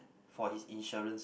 for his insurance